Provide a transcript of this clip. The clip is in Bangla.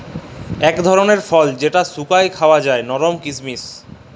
ইকট ধারালের ফল যেট শুকাঁয় খাউয়া হছে লরম কিচমিচ